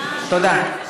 תודה.